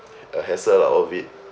a hassle lah all of it